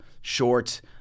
short